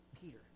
peter